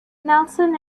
nelson